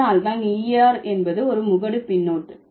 அதனால் தான் er என்பது ஒரு முகடு பின்னொட்டு